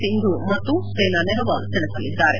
ಸಿಂಧು ಮತ್ತು ಸೈನಾ ನೆಹ್ವಾಲ್ ಸೇಣಸಲಿದ್ದಾರೆ